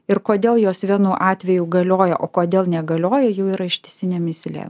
ir kodėl jos vienu atveju galioja o kodėl negalioja jų yra ištisinė mįslė